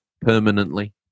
permanently